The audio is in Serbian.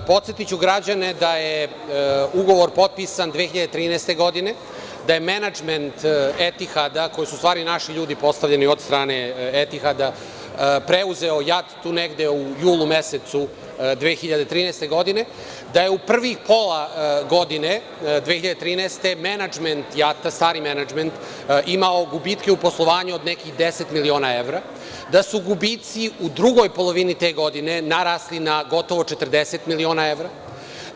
Podsetiću građane da je ugovor potpisan 2013. godine, da je menadžment Etihada, u stvari naši ljudi su postavljeni od strane Etihada, preuzeo JAT negde u julu mesecu 2013. godine, da je u prvih pola godine 2013. menadžment JAT-a, stari menadžment, imao gubitke u poslovanju od nekih 10 miliona evra, da su gubici u drugoj polovini te godine narasli na gotovo 40 miliona evra,